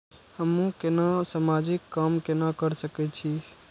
हमू केना समाजिक काम केना कर सके छी?